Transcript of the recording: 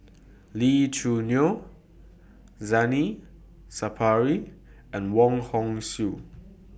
Lee Choo Neo Sapari and Wong Hong Suen